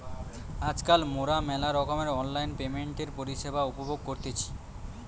আজকাল মোরা মেলা রকমের অনলাইন পেমেন্টের পরিষেবা উপভোগ করতেছি